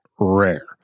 rare